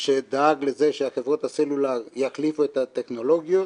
שדאג לזה שחברות הסלולר יחליפו את הטכנולוגיות.